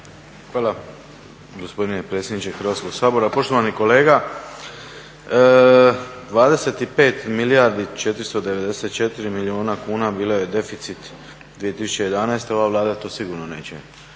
Hvala gospodine predsjedniče Hrvatskog sabora. Poštovani kolega, 25 494 milijuna kuna bio je deficit 2011., ova Vlada to sigurno neće